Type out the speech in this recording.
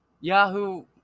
Yahoo